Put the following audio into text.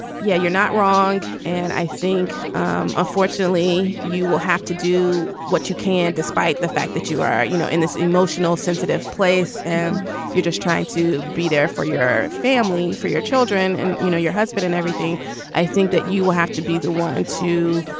yeah you're not wrong and i think um unfortunately you will have to do what you can. despite the fact that you are you know in this emotional sensitive place and you're just trying to be there for your family for your children and you know your husband and everything i think that you will have to be the one to